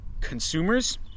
consumers